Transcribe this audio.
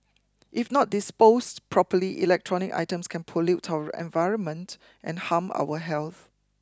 if not disposed properly electronic items can pollute our environment and harm our health